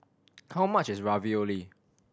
how much is Ravioli